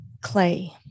clay